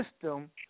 system